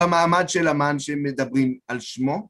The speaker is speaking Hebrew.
‫במעמד של אמן שמדברים על שמו.